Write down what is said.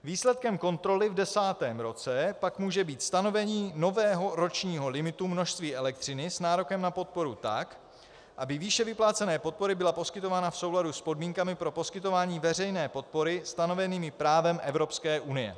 Výsledkem kontroly v desátém roce pak může být stanovení nového ročního limitu množství elektřiny s nárokem na podporu tak, aby výše vyplácené podpory byla poskytována v souladu s podmínkami pro poskytování veřejné podpory stanovenými právem Evropské unie.